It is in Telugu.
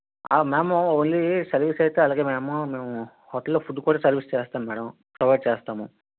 మ్యామ్ ఓన్లీ సర్వీస్ అయితే అలాగే మ్యాడం మేము హోటల్ లో ఫుడ్ కూడా సర్వీస్ చేస్తాము మ్యాడమ్ ప్రొవైడ్ చేస్తాము